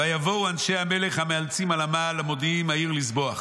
ויבואו אנשי המלך המאלצים על המעל למודיעים העיר לזבוח".